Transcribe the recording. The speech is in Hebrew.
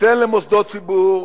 ניתן למוסדות ציבור